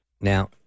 now